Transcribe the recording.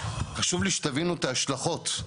חשוב לי שתבינו את ההשלכות.